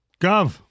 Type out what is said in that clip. Gov